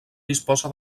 disposa